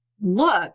look